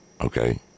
okay